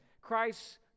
Christ